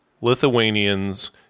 Lithuanians